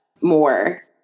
more